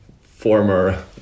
former